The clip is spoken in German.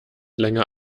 länger